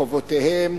חובותיהם,